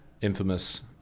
infamous